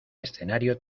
escenario